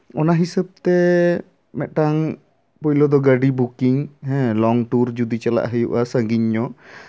ᱚᱱᱟ ᱦᱤᱥᱟᱹᱵ ᱛᱮ ᱢᱤᱫᱴᱟᱝ ᱯᱳᱭᱞᱳ ᱫᱚ ᱜᱟᱹᱰᱤ ᱵᱩᱠᱤᱝ ᱦᱮᱸ ᱞᱚᱝ ᱴᱩᱨ ᱡᱩᱫᱤ ᱪᱟᱞᱟᱜ ᱦᱩᱭᱩᱜᱼᱟ ᱥᱟᱹᱜᱤᱧ ᱧᱚᱜ